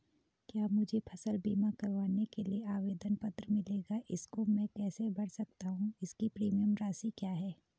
क्या मुझे फसल बीमा करवाने के लिए आवेदन पत्र मिलेगा इसको मैं कैसे भर सकता हूँ इसकी प्रीमियम राशि क्या है?